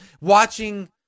watching